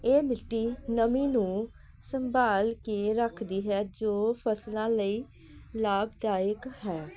ਇਹ ਮਿੱਟੀ ਨਮੀ ਨੂੰ ਸੰਭਾਲ ਕੇ ਰੱਖਦੀ ਹੈ ਜੋ ਫਸਲਾਂ ਲਈ ਲਾਭਦਾਇਕ ਹੈ